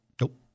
Nope